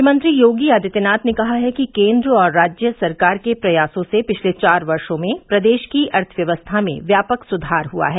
मुख्यमंत्री योगी आदित्यनाथ ने कहा है कि केंद्र और राज्य सरकार के प्रयासों से पिछले चार वर्षो में प्रदेश की अर्थव्यवस्था में व्यापक सुधार हुआ है